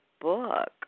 book